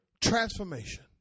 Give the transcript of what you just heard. Transformation